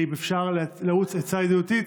אם אפשר לעוץ עצה ידידותית,